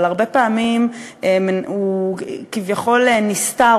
אבל הרבה פעמים הוא כביכול נסתר,